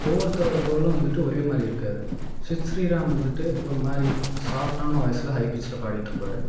ஒவ்வொருத்தரோட குரலும் வந்துவிட்டு ஒரே மாதிரி இருக்காது சித் ஸ்ரீராம் வந்துவிட்டு ஒருமாதிரி சாஃப்ட்டான வாய்ஸில் ஹை பிச்சில் பாடிட்டுருப்பார்